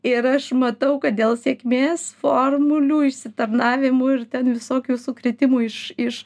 ir aš matau kad dėl sėkmės formulių išsitarnavimų ir ten visokių sukritimų iš iš